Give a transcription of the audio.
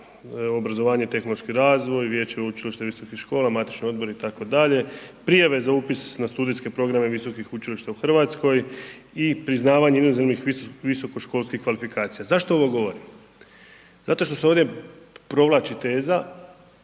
obrazovanje i tehnološki razvoj, vijeće učilišta i visokih škola, matični odbori itd., prijave za upis na studijske programe visokih učilišta u Hrvatskoj i priznavanje inozemnih visokoškolskih kvalifikacija. Zašto ovo govorim? Zato što se ovdje provlači teza,